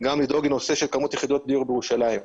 - גם לדאוג לנושא של כמות יחידות דיור בירושלים.